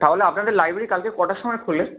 তাহলে আপনাদের লাইব্রেরি কালকে কটার সময় খোলে